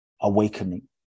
awakening